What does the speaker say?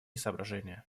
соображения